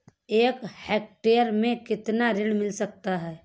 एक हेक्टेयर में कितना ऋण मिल सकता है?